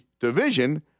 division